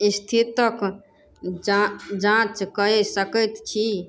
स्थितक जाँच कए सकैत छी